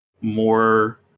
more